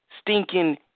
stinking